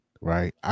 right